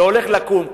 שהולך לקום.